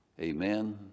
amen